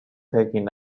taken